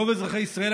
רוב אזרחי ישראל,